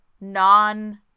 non